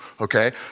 okay